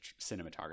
cinematography